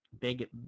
big